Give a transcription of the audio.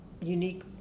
unique